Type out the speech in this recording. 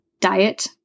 diet